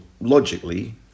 logically